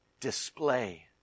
Display